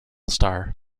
star